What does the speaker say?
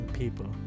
people